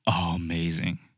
amazing